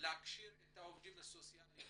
העובדים הסוציאליים